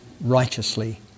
righteously